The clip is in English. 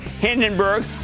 Hindenburg